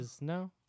No